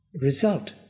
result